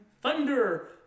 Thunder